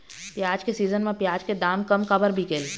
प्याज के सीजन म प्याज के दाम कम काबर बिकेल?